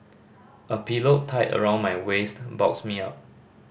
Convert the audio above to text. a pillow tied around my waist bulks me up